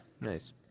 Nice